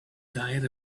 diet